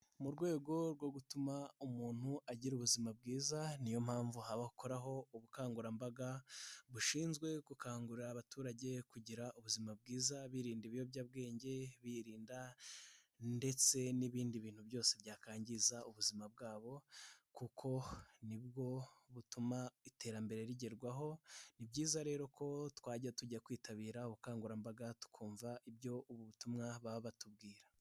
Mu rwego rwo gutuma umuntu agira ubuzima bwiza. Niyo mpamvu hari abakoraho ubukangurambaga bushinzwe gukangurira abaturage kugira ubuzima bwiza, birinda ibiyobyabwenge birinda ndetse n'ibindi bintu byose byakwangiza ubuzima bwabo kuko nibwo butuma iterambere rigerwaho. Ni byiza rero ko twajya tujya kwitabira ubukangurambaga tukumva ibyo ubutumwa baba batubwira.